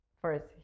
first